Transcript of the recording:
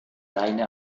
leine